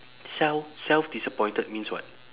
child self disappointed means what